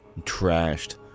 trashed